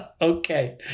Okay